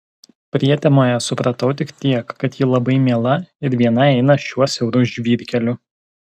prietemoje supratau tik tiek kad ji labai miela ir viena eina šiuo siauru žvyrkeliu